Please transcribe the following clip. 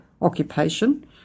occupation